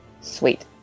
Sweet